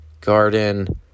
garden